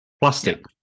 plastic